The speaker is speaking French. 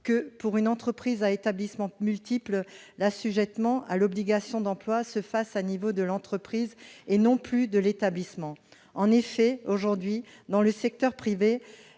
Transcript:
que, pour une entreprise à établissements multiples, l'assujettissement à l'obligation d'emploi s'effectue à l'échelon de l'entreprise et non plus de l'établissement. En effet, aujourd'hui, dans le secteur privé,